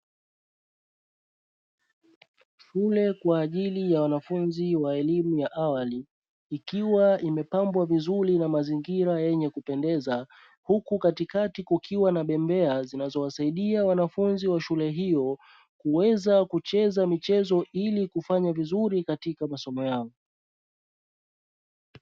Shule kwa ajili ya wanafunzi wa elimu ya awali ikiwa imepambwa vizuri na mazingira yenye kupendeza, huku katikati kukiwa na bembea zinazowasaidia wanafunzi wa shule hiyo kuweza kucheza michezo ili kufanya vizuri katika masomo yao.